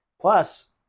plus